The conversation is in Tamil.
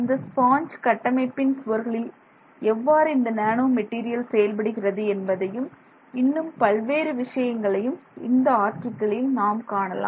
இந்த ஸ்பாஞ்ச் கட்டமைப்பின் சுவர்களில் எவ்வாறு இந்த நேனோ மெட்டீரியல் செயல்படுகிறது என்பதையும் இன்னும் பல்வேறு விஷயங்களையும் இந்த ஆர்டிகிளில் நாம் காணலாம்